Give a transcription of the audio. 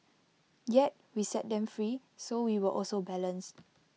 yet we set them free so we were also balanced